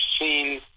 seen